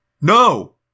No